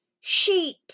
sheep